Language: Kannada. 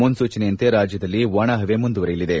ಮುನ್ಸೂಚನೆಯಂತೆ ರಾಜ್ಯದಲ್ಲಿ ಒಣಹವೆ ಮುಂದುವರೆಯಲಿದೆ